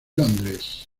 londres